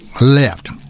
left